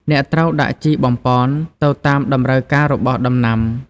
អ្នកត្រូវដាក់ជីបំប៉នទៅតាមតម្រូវការរបស់ដំណាំ។